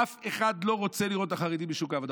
אף אחד לא רוצה לראות את החרדים בשוק העבודה.